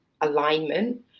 alignment